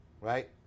right